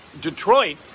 Detroit